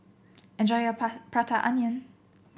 enjoy your Prata Onion